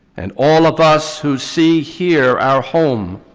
and all of us who see here our home,